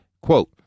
Quote